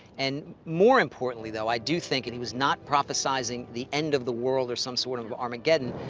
and more importantly, though, i do think that he was not prophesizing the end of the world or some sort of armageddon,